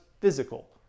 physical